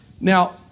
Now